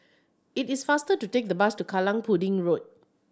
it is faster to take the bus to Kallang Pudding Road